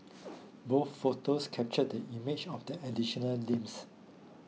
both photos captured the image of the additional limbs